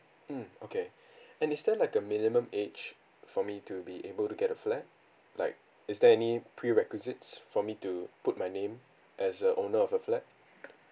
mm okay and is there like a minimum age for me to be able to get a flat like is there any prerequisites for me to put my name as a owner of a flat